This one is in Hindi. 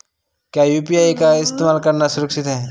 क्या यू.पी.आई का इस्तेमाल करना सुरक्षित है?